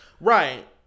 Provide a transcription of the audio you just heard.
right